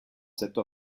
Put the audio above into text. cette